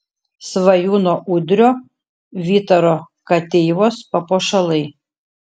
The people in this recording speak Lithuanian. svajūno udrio vytaro kateivos papuošalai